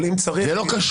אבל אם צריך --- זה לא קשור,